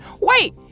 Wait